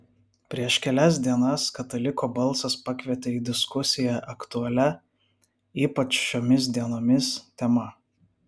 prieš kelias dienas kataliko balsas pakvietė į diskusiją aktualia ypač šiomis dienomis tema